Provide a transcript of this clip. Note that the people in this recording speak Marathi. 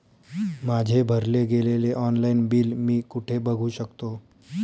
माझे भरले गेलेले ऑनलाईन बिल मी कुठे बघू शकतो?